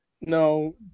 No